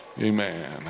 amen